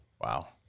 Wow